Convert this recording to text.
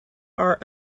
are